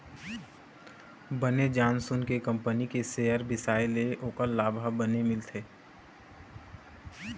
बने जान सून के कंपनी के सेयर बिसाए ले ओखर लाभ ह बने मिलथे